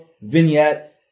vignette